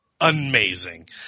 amazing